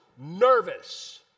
nervous